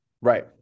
Right